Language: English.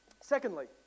Secondly